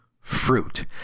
fruit